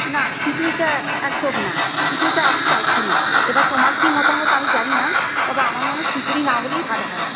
না খিচুড়িটা একদম না খিচুড়িটা আমি চাইছি না এবার তোমার কি মতামত আমি জানি না তবে আমার মনে হয় খিচুড়ি না হলেই ভালো হয়